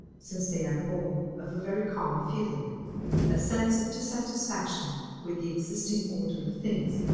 since they are born of a very common feeling a sense of dissatisfaction with the existing order of things,